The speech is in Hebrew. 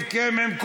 הוא סיכם איתנו.